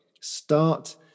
start